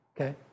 Okay